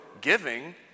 giving